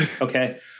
Okay